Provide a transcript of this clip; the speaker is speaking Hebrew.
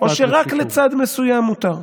או שרק לצד מסוים מותר.